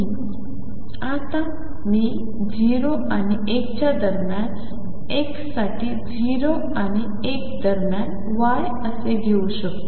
आणि आता मी 0 आणि 1 च्या दरम्यान x साठी 0 आणि 1 दरम्यान y घेऊ शकतो